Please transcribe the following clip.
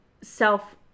self